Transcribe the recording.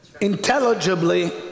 intelligibly